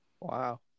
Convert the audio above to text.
Wow